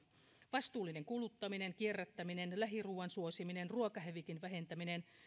vastuullinen kuluttaminen kierrättäminen lähiruuan suosiminen ruokahävikin vähentäminen